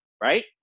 right